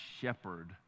shepherd